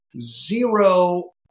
zero